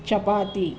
chapati